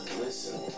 listen